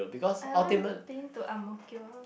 I haven't been to Ang-Mo-Kio